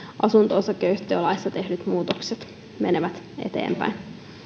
asunto osakeyhtiölaissa tehdyt muutokset menevät eteenpäin